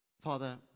Father